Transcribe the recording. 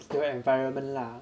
environment lah